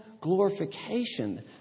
glorification